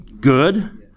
Good